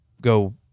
go